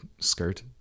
skirt